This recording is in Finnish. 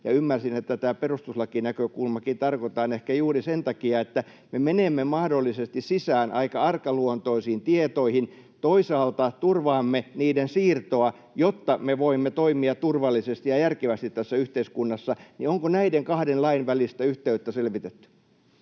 ymmärsin, että tämä perustuslakinäkökulmakin tarvitaan ehkä juuri sen takia, että me menemme mahdollisesti sisään aika arkaluontoisiin tietoihin, toisaalta turvaamme niiden siirtoa, jotta me voimme toimia turvallisesti ja järkevästi tässä yhteiskunnassa — niin onko näiden kahden lain välistä yhteyttä selvitetty?